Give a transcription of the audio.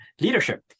leadership